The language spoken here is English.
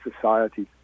society